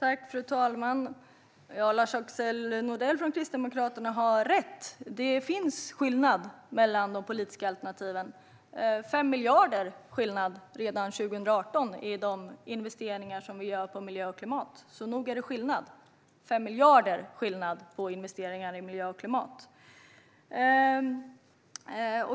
Fru talman! Lars-Axel Nordell från Kristdemokraterna har rätt. Det finns skillnader mellan de politiska alternativen. Det finns en skillnad på 5 miljarder redan 2018 i de investeringar som vi gör på miljö och klimat. Nog är det skillnad - 5 miljarder i skillnad på investeringar i miljö och klimat.